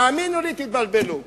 תאמינו לי שתתבלבלו.